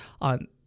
on